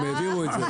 הם מייבאים.